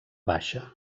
baixa